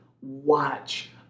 watch